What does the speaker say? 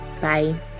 bye